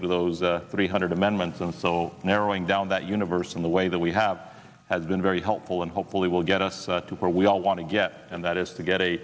through those three hundred amendments and so narrowing down that universe in the way that we have has been very helpful and hopefully will get us to where we all want to get and that is to get a